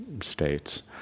states